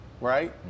right